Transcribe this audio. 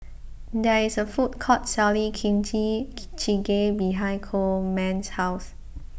there is a food court selling Kimchi Jjigae behind Coleman's house